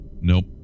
Nope